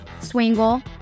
Swingle